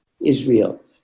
Israel